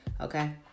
okay